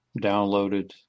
downloaded